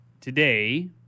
today